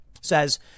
says